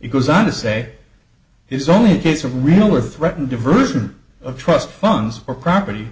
he goes on to say is only a case of real or threatened diversion of trust funds or property